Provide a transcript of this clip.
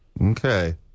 Okay